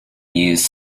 used